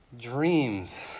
dreams